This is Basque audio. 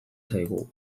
zaigu